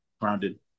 grounded